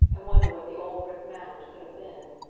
and wonder what the old brick mound could have been.